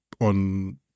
on